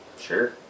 Sure